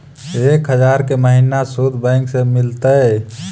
एक हजार के महिना शुद्ध बैंक से मिल तय?